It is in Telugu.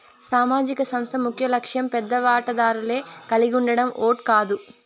సామాజిక సంస్థ ముఖ్యలక్ష్యం పెద్ద వాటాదారులే కలిగుండడం ఓట్ కాదు